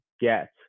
get